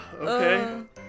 okay